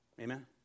Amen